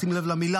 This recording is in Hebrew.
שימו לב למילה,